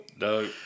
No